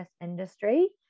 industry